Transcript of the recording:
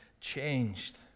changed